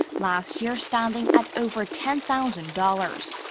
last year standing at over ten thousand dollars.